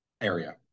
area